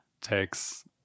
Takes